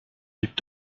lieb